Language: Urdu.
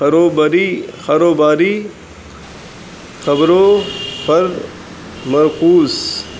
خروبری خروباری خبروں پر مرکوز